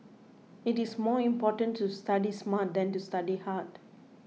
it is more important to study smart than to study hard